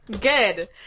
good